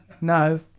no